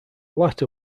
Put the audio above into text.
latter